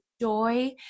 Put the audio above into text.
joy